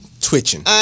twitching